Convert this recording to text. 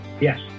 yes